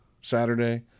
Saturday